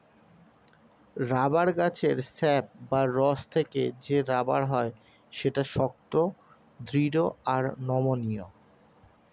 rubber গাছের sap বা রস থেকে যে রাবার হয় সেটা শক্ত, দৃঢ় আর নমনীয়